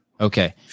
Okay